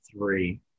three